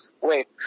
Wait